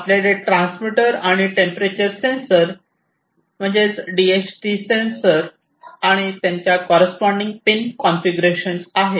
आपल्याकडे ट्रान्समीटर आणि temperature sensor DHT sensor आणि त्यांच्या कॉररेस्पॉन्डिन्ग पिन आहे